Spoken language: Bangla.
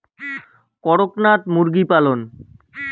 করকনাথ মুরগি পালন?